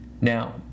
Now